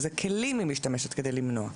באילו כלים היא משתמשת כדי למנוע.